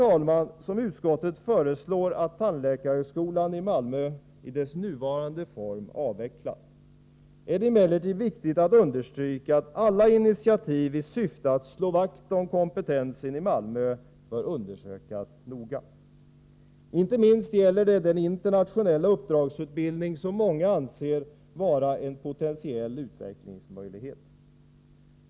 Samtidigt som utskottet föreslår att tandläkarhögskolan i Malmö i dess nuvarande form avvecklas, är det emellertid viktigt att understryka att alla initiativ i syfte att slå vakt om kompetensen i Malmö bör undersökas noga. Inte minst gäller det den internationella uppdragsutbildning som många anser vara en potentiell utvecklingsmöjlighet.